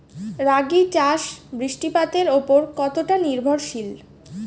রাগী চাষ বৃষ্টিপাতের ওপর কতটা নির্ভরশীল?